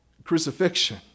crucifixion